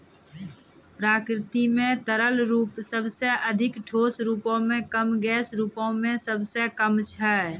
प्रकृति म तरल रूप सबसें अधिक, ठोस रूपो म कम, गैस रूपो म सबसे कम छै